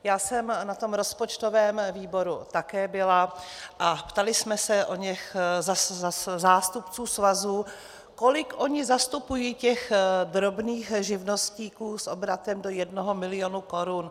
Já jsem na tom rozpočtovém výboru také byla a ptali jsme se oněch zástupců svazů, kolik oni zastupují těch drobných živnostníků s obratem do 1 milionu korun.